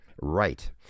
right